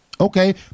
Okay